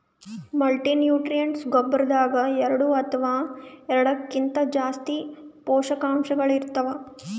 multinutrients ಗೊಬ್ಬರದಾಗ್ ಎರಡ ಅಥವಾ ಎರಡಕ್ಕಿಂತಾ ಜಾಸ್ತಿ ಪೋಷಕಾಂಶಗಳ್ ಇರ್ತವ್